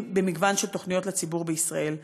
במגוון של תוכניות לציבור בישראל,